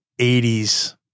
80s